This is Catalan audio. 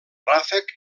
ràfec